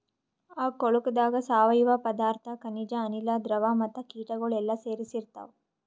ಆ ಕೊಳುಕದಾಗ್ ಸಾವಯವ ಪದಾರ್ಥ, ಖನಿಜ, ಅನಿಲ, ದ್ರವ ಮತ್ತ ಕೀಟಗೊಳ್ ಎಲ್ಲಾ ಸೇರಿಸಿ ಇರ್ತಾವ್